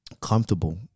comfortable